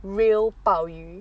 real 鲍鱼